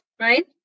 right